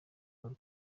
uhuru